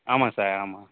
ஆமாம் சார் ஆமாம்